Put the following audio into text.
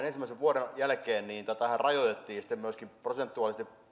ensimmäisen vuoden jälkeen rajoitettiin sitten myöskin prosentuaalisesti